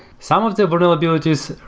some of the vulnerabilities,